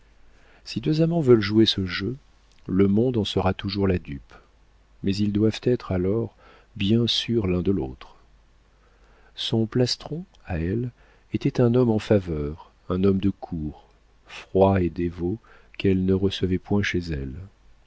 si deux amants veulent jouer ce jeu le monde en sera toujours la dupe mais ils doivent être alors bien sûrs l'un de l'autre son plastron à elle était un homme en faveur un homme de cour froid et dévot qu'elle ne recevait point chez elle